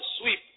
sweep